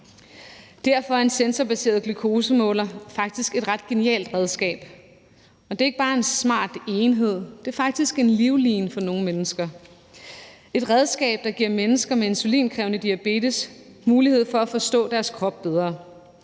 Derfor er en sensorbaseret glukosemåler faktisk et ret genialt redskab, og det er ikke bare en smart enhed. Det er faktisk en livline for nogle mennesker og et redskab, der giver mennesker med insulinkrævende diabetes mulighed for at forstå deres krop bedre,